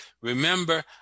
Remember